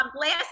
last